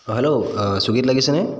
অঁ হেল্ল' অ চুইগীত লাগিছেনে